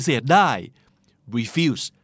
Refuse